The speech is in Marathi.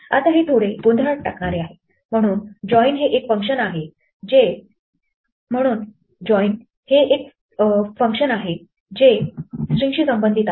आता हे थोडे गोंधळात टाकणारे आहे म्हणून join हे एक फंक्शन आहे जे स्ट्रिंगशी संबंधित आहे